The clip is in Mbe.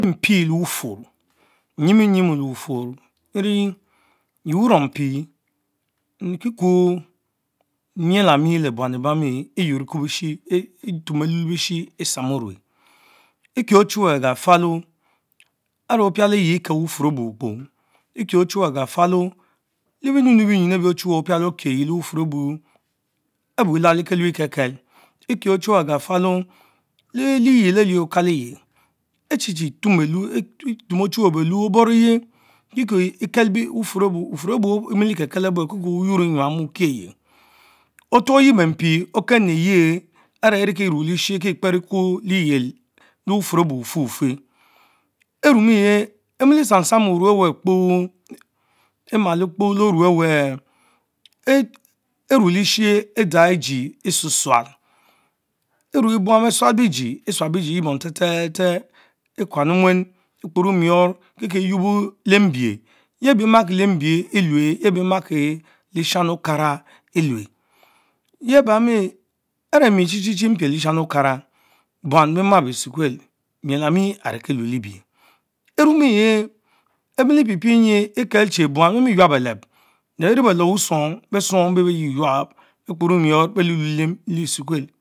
Mpie nyimo nyimo le bufurr nyin burumpi enieki kurr miel amie le buam ebamie etumbe lue le-bishi etpsamorue ekieh Ochuwen agafalo eyie Opialeye ekiel boufum abue ukpor, ekie ochnwe agerfalo le benuenue bienyor Ochuwen opiale okich lebufurr obu elaleh kehugh exekel, ekie ochnwe agafalo le liyel clie ecin chine tuomen Okaleye belun, etnom ochuweh belun obore-finch Kie kie bufrom ebue mieto keke kie buynor enyam ukieyeh; otuongeyie ben pie, oh Kenleyeh areh iriekie ruch leshieh kie Kperekue leysel leufur ebu wufefen erumych imilie prampsam ome wen kpo, emalokpo le orne weln, enue leshe idzana egg ejice esusual, enme burn beh sual bijue edzana bijie esusual the tse tsen ekwan omven ekporomior eyuubo leh mbich, yeh bee makie lembie elue Yeh beh makin Leshani Okara elme, yea bemes, arch mie tchie tchie mpich leshani Okara buam beh mah bee Sukuel miel amie aneki lue lee bich erimen ehr emilepiepie ekekiel chie buan beh mie yuab beleb, leh bèy rie beleb busong, beh suong ebeh beh yuu-yuab bek kporomior beluehie leh Esukuel.